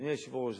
אדוני היושב-ראש,